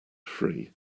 free